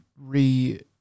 re